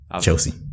Chelsea